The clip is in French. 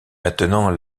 maintenant